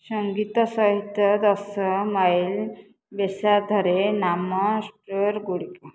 ସଙ୍ଗୀତ ସହିତ ଦଶ ମାଇଲ୍ ବ୍ୟାସାର୍ଦ୍ଧରେ ନାମ ଗୁଡ଼ିକ